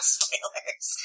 spoilers